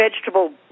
Vegetable